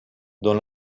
dont